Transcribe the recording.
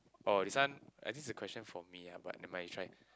oh this one are these question for me ah but you might try